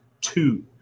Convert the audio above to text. two